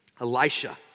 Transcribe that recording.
Elisha